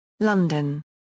London